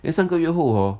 then 三个月后 hor